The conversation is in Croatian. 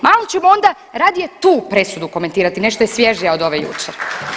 Malo ćemo onda radije tu presudu komentirati, nešto je svježija od ove jučer